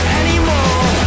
anymore